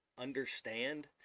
understand